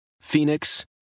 Phoenix